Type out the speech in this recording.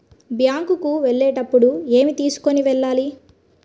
Bank కు వెళ్ళేటప్పుడు ఏమి తీసుకొని వెళ్ళాలి?